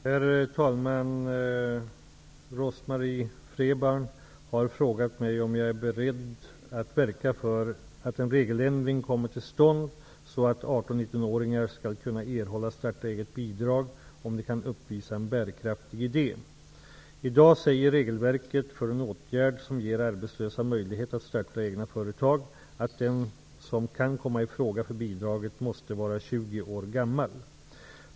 Herr talman! Rose-Marie Frebran har frågat mig om jag är beredd att verka för att en regeländring kommer till stånd så att 18 och 19-åringar skall kunna erhålla starta-eget-bidrag om de kan uppvisa en bärkraftig idé. I dag säger regelverket för den åtgärd som ger arbetslösa möjlighet att starta egna företag att den som kan komma i fråga för bidraget måste vara 20 år gammal.